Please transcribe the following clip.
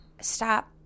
stop